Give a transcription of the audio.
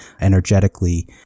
energetically